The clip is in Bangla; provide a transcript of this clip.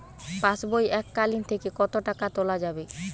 পাশবই এককালীন থেকে কত টাকা তোলা যাবে?